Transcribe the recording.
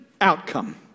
outcome